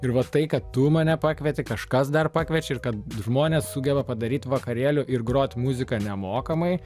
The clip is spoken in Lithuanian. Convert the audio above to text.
ir va tai kad tu mane pakvieti kažkas dar pakviečia ir kad žmonės sugeba padaryt vakarėlių ir grot muziką nemokamai